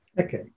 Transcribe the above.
Okay